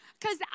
cause